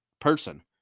person